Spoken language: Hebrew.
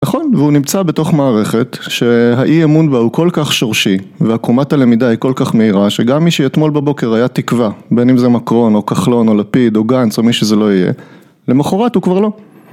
נכון והוא נמצא בתוך מערכת שהאי אמון בה הוא כל כך שורשי, ועקומת הלמידה היא כל כך מהירה, שגם מי שאתמול בבוקר היה תקווה, בין אם זה מקרון או כחלון או לפיד או גנץ או מי שזה לא יהיה, למחרת הוא כבר לא